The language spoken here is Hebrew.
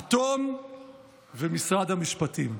אטום ומשרד המשפטים?